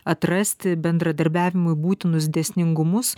atrasti bendradarbiavimui būtinus dėsningumus